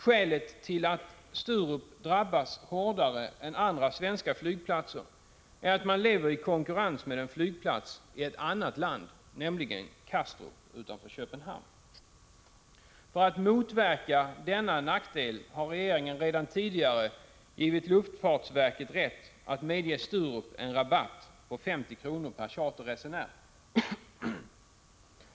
Skälet till att Sturup drabbas hårdare än andra svenska flygplatser är att man lever i konkurrens med en flygplats i ett annat land, nämligen Kastrup utanför Köpenhamn. För att motverka denna nackdel har regeringen redan tidigare givit luftfartsverket rätt att medge Sturup en rabatt på 50 kr. per charterresenär.